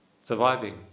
surviving